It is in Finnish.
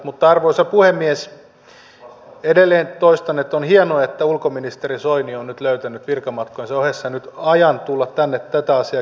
mutta arvoisa puhemies edelleen toistan että on hienoa että ulkoministeri soini on nyt löytänyt virkamatkojensa ohessa ajan tulla tänne tästä asiasta keskustelemaan